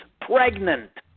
pregnant